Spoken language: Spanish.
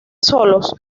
solos